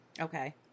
Okay